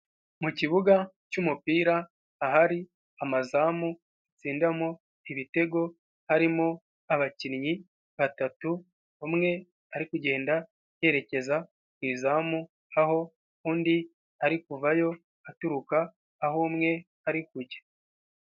Mu kibuga cy'umupira ahari amazamu batsindamo ibitego, harimo abakinnyi batatu, umwe ari kugenda yerekeza ku izamu, aho undi ari kuvayo aturuka aho umwe ari kujya.